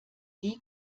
die